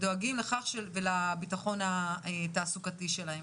ודואגים לביטחון התעסוקתי שלהם.